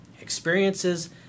Experiences